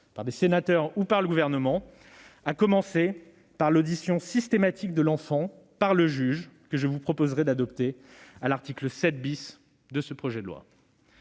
par des sénateurs ou par le Gouvernement, à commencer par l'audition systématique de l'enfant par le juge, que je vous proposerai d'adopter à l'article 7 du projet de loi.